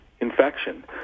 infection